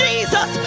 Jesus